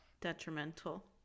detrimental